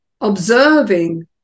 observing